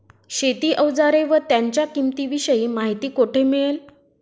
शेती औजारे व त्यांच्या किंमतीविषयी माहिती कोठे मिळेल?